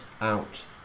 out